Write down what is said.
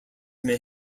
may